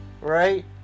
right